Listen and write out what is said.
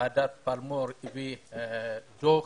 ועדת פלמור הביאה דוח